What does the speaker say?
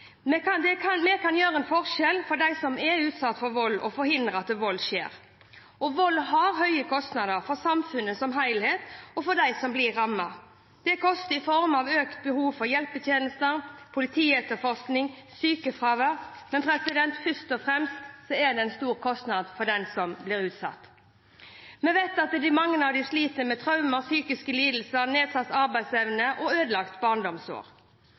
Vi kan gjøre en forskjell for dem som er utsatt for vold, og forhindre at vold skjer. Vold har høye kostnader for samfunnet som helhet og for dem som blir rammet. Det koster i form av økt behov for hjelpetjenester, politietterforskning og sykefravær, men først og fremst er det en stor kostnad for den som blir utsatt. Vi vet at mange av dem sliter med traumer og psykiske lidelser, nedsatt arbeidsevne og ødelagte barndomsår.